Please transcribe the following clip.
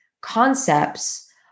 concepts